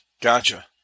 Gotcha